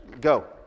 Go